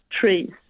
trees